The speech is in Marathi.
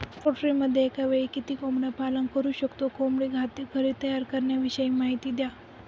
पोल्ट्रीमध्ये एकावेळी किती कोंबडी पालन करु शकतो? कोंबडी खाद्य घरी तयार करण्याविषयी माहिती द्या